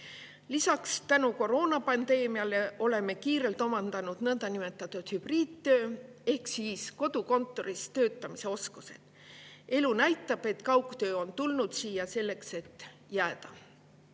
Lisaks oleme tänu koroonapandeemiale kiirelt omandanud nõndanimetatud hübriidtöö ehk siis kodukontoris töötamise oskused. Elu näitab, et kaugtöö on tulnud, et jääda.